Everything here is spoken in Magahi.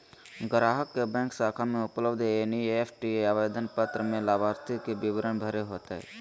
ग्राहक के बैंक शाखा में उपलब्ध एन.ई.एफ.टी आवेदन पत्र में लाभार्थी के विवरण भरे होतय